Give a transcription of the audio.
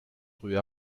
rue